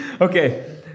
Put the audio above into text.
okay